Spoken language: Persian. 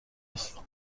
هستم